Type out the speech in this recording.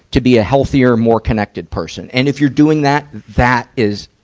to be a healthier, more connected person? and if you're doing that, that is,